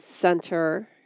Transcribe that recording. center